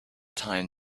time